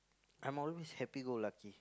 I'm always happy go lucky